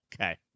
Okay